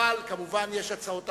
כמובן, יש הצעות אחרות,